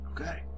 Okay